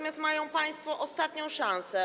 Mają państwo ostatnią szansę.